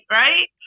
right